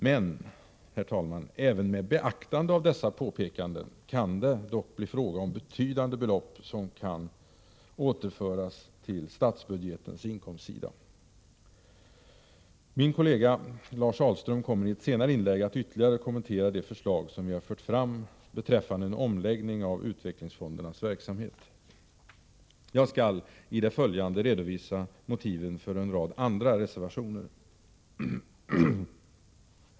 Men, herr talman, även med beaktande av dessa påpekanden kan det bli fråga om betydande belopp som kan återföras till statsbudgetens inkomstsida. Min kollega Lars Ahlström kommer i ett senare inlägg att ytterligare kommentera de förslag som vi fört fram beträffande en omläggning av utvecklingsfondernas verksamhet. Jag skall i det följande redovisa motiven för en rad andra reservationer.